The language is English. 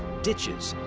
ditches,